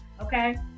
okay